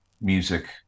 music